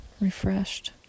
refreshed